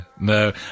no